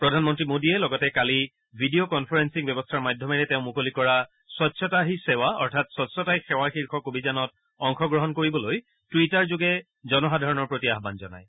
প্ৰধানমন্ত্ৰী মোদীয়ে লগতে কালি ভিডিঅ কনফাৰেলিং ব্যৱস্থাৰ মাধ্যমেৰে তেওঁ মুকলি কৰা স্বচ্ছতা হী সেৰা অৰ্থাৎ স্কচ্ছতাই সেৱা শীৰ্যক অভিযানত অংশ গ্ৰহণ কৰিবলৈ টুইটাৰযোগে জনসাধাৰণৰ প্ৰতি আহান জনায়